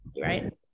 right